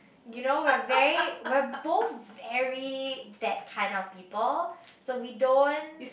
you know we're very we're both very that kind of people so we don't